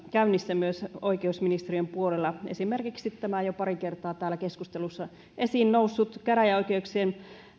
käynnissä myös oikeusministeriön puolella esimerkiksi tämä jo pari kertaa täällä keskustelussa esiin noussut käräjäoikeuksien